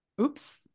oops